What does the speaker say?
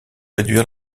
réduire